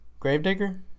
Gravedigger